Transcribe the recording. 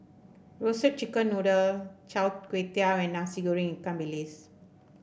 Roasted Chicken Noodle Chai Tow Kway and Nasi Goreng Ikan Bilis